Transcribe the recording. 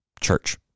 Church